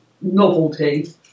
novelty